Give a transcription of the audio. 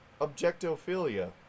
objectophilia